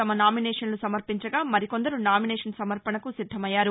తమ నామినేషన్లు నమర్పించగా మరికొందరు నామినేషన్ నమర్పణకు నిద్దమయ్యారు